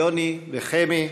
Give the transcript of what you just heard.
יוני וחמי,